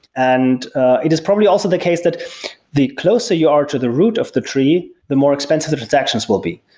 and it is probably also the case that the closer you are to the root of the tree, the more expensive the transactions will be.